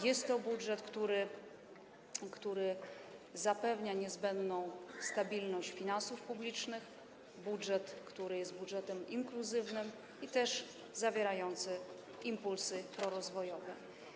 Jest to budżet, który zapewnia niezbędną stabilność finansów publicznych, budżet, który jest budżetem inkluzywnym i zawierającym impulsy prorozwojowe.